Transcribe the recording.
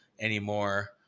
anymore